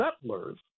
settlers